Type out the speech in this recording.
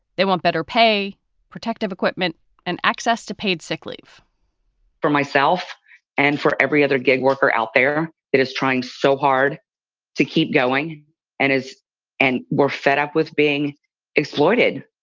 they want better pay protective equipment and access to paid sick leave for myself and for every other gig worker out there it is trying so hard to keep going and is and we're fed up with being exploited.